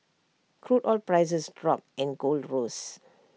crude oil prices dropped and gold rose